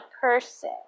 person